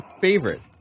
favorite